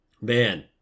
Man